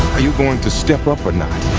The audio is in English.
are you going to step up or not?